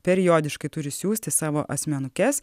periodiškai turi siųsti savo asmenukes